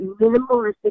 minimalistic